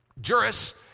Juris